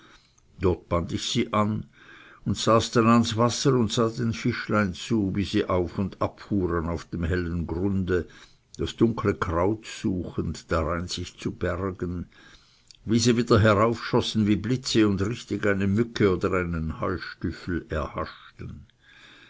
ich sie an und saß dann ans wasser und sah den fischlein zu wie sie auf und ab fuhren auf dem hellen grunde das dunkle kraut suchend darein sich zu bergen wie sie wieder heraufschossen wie blitze und richtig eine mücke oder einen heustüffel erhaschten